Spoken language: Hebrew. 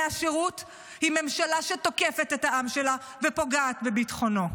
השירות היא ממשלה שתוקפת את העם שלה ופוגעת וביטחונו.